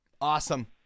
Awesome